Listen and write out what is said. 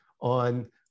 on